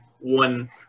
one